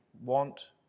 want